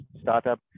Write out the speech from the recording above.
startup